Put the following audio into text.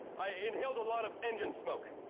i inhaled a lot of engine smoke.